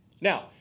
Now